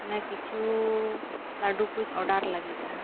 ᱢᱟᱱᱮ ᱠᱤᱪᱷᱩ ᱞᱟᱹᱰᱩ ᱠᱩᱧ ᱚᱰᱟᱨ ᱞᱟᱹᱜᱤᱫᱼᱟ